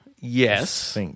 Yes